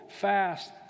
fast